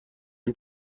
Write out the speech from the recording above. این